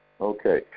Okay